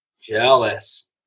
Jealous